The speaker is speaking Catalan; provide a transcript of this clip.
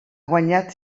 guanyat